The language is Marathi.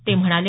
ते म्हणाले